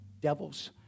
devils